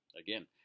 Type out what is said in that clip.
Again